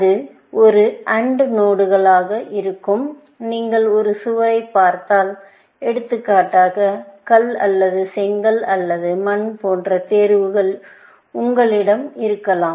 இது ஒரு AND node ஆக இருக்கும் நீங்கள் ஒரு சுவரைப் பார்த்தால் எடுத்துக்காட்டாக கல் அல்லது செங்கல் அல்லது மண் போன்ற தேர்வுகள் உங்களிடம் இருக்கலாம்